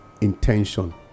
intention